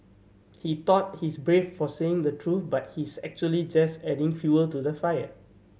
he thought he's brave for saying the truth but he's actually just adding fuel to the fire